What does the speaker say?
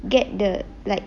get the like